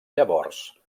llavors